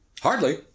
Hardly